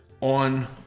on